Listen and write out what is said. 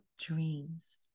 dreams